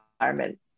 environment